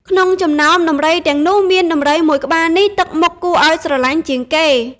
ក្នុងចំណោមដំរីទាំងនោះ មានដំរីមួយក្បាលនេះទឹកមុខគួរឱ្យស្រឡាញ់ជាងគេ ។